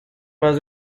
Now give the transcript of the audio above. más